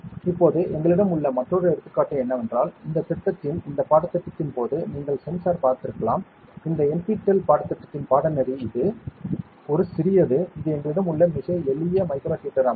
இப்போது எங்களிடம் உள்ள மற்றொரு எடுத்துக்காட்டு என்னவென்றால் இந்த திட்டத்தின் இந்த பாடத்திட்டத்தின் போது நீங்கள் சென்சார் பார்த்திருக்கலாம் இந்த NPTEL பாடத்திட்டத்தின் பாடநெறி இது ஒரு சிறியது இது எங்களிடம் உள்ள மிக எளிய மைக்ரோ ஹீட்டர் அமைப்பு